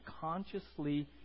consciously